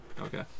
Okay